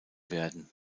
werden